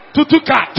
Tutuka